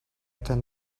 can